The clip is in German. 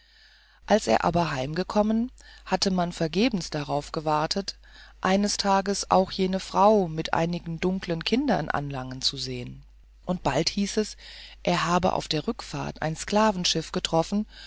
als er aber heimgekommen hatte man vergebens darauf gewartet eines tages auch jene frau mit einigen dunkeln kindern anlangen zu sehen und bald hieß es er habe auf der rückfahrt ein sklavenschiff getroffen